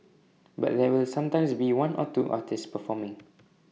but there will sometimes be one or two artists performing